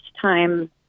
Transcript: time